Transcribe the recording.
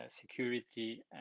security